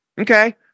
Okay